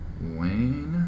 Wayne